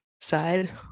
side